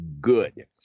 good